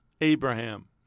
Abraham